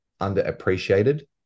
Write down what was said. underappreciated